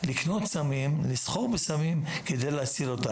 לקנות סמים, לסחור בסמים, כדי להציל אותה.